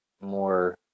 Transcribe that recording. more